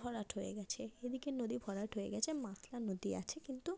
ভরাট হয়ে গেছে এদিকে নদী ভরাট হয়ে গেছে মাতলা নদী আছে কিন্তু